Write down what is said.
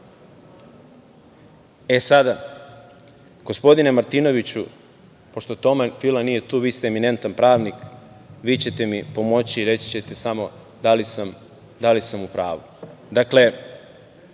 funkciju. Gospodine Martinoviću, pošto Toma Fila nije tu, vi ste eminentan pravnik, vi ćete mi pomoći i reći ćete samo da li sam u pravu.